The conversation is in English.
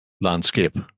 landscape